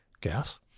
gas